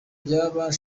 byaba